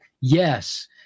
yes